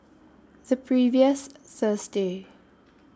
The previous Thursday